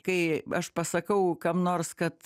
kai aš pasakau kam nors kad